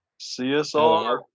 csr